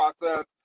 process